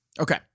Okay